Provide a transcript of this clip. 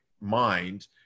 mind